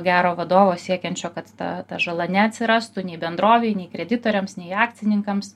gero vadovo siekiančio kad ta žala neatsirastų nei bendrovei nei kreditoriams nei akcininkams